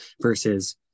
versus